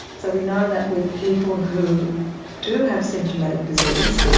so we know that with people who do have symptomatic disease,